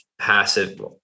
passive